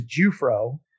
Jufro